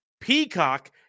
Peacock